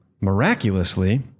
miraculously